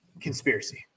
Conspiracy